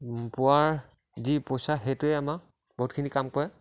পোৱাৰ যি পইচা সেইটোৱে আমাক বহুতখিনি কাম কৰে